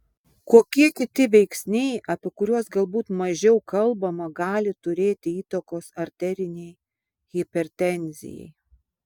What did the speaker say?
kokie kiti veiksniai apie kurios galbūt mažiau kalbama gali turėti įtakos arterinei hipertenzijai